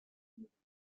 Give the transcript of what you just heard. moving